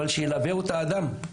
אבל שילווה אותה אדם,